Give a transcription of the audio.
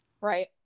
Right